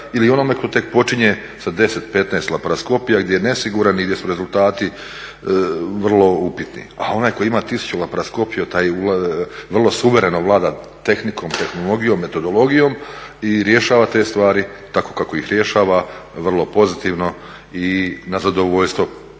ili onome tko tek počinje sa 10, 15 laparoskopija gdje je nesiguran i gdje su rezultati vrlo upitni, a onaj koji ima 1000 laparoskopija taj vrlo suvereno vlada tehnikom, tehnologijom, metodologijom i rješava te stvari tako kako ih rješava vrlo pozitivno i na zadovoljstvo